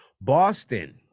boston